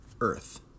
Earth